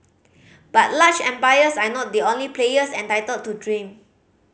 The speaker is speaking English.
but large empires are not the only players entitled to dream